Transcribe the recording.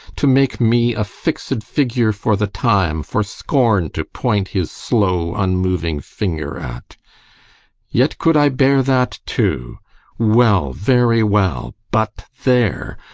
to make me a fixed figure for the time, for scorn to point his slow unmoving finger at yet could i bear that too well, very well but there,